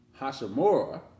Hashimura